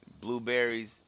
Blueberries